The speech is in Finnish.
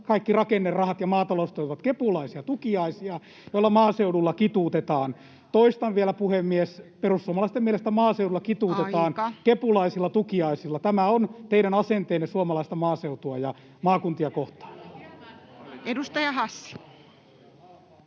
tulevat rakennerahat ja maataloustuet ovat kepulaisia tukiaisia, joilla maaseudulla kituutetaan. Toistan vielä, puhemies: perussuomalaisten mielestä maaseudulla kituutetaan [Puhemies: Aika!] kepulaisilla tukiaisilla. Tämä on teidän asenteenne suomalaista maaseutua ja maakuntia kohtaan. [Eduskunnasta: